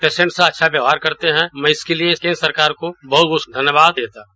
patient से अच्छा व्यवहार करते हैं मैं इसके लिए केन्द्र सरकार को बहुत बहुत धन्यवाद देता हूं